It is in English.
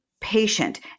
patient